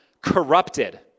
corrupted